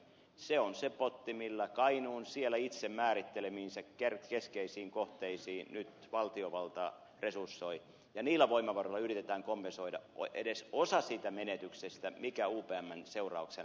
se on se potti millä kainuun siellä itse määrittelemiinsä keskeisiin kohteisiin nyt valtiovalta resursoi ja niillä voimavaroilla yritetään kompensoida edes osa siitä menetyksestä mikä upmn seurauksena menetetään